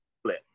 split